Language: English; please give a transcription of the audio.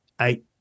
eight